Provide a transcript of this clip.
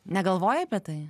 negalvojai apie tai